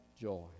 joy